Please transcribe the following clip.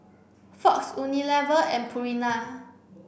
Fox Unilever and Purina